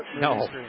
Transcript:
No